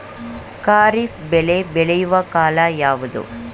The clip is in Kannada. ಖಾರಿಫ್ ಬೆಳೆ ಬೆಳೆಯುವ ಕಾಲ ಯಾವುದು?